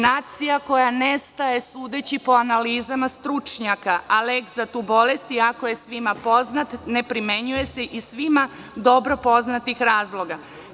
Nacija koja nestaje, sudeći po analizama stručnjaka, a lek za tu bolest, iako je svima poznat, ne primenjuje se iz svima dobro poznatih razloga.